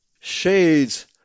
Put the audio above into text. Shades